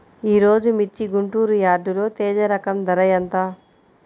ఈరోజు మిర్చి గుంటూరు యార్డులో తేజ రకం ధర ఎంత?